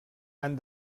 han